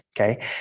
Okay